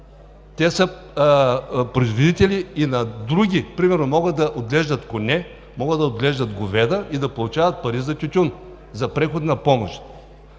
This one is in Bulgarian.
Те са производители и на друго примерно могат да отглеждат коне, могат да отглеждат говеда и да получават пари за тютюн за преходна помощ.